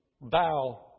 bow